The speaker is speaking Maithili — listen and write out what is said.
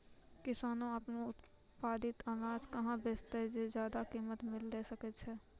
किसान आपनो उत्पादित अनाज कहाँ बेचतै जे ज्यादा कीमत मिलैल सकै छै?